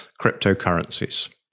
cryptocurrencies